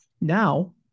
Now